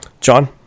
John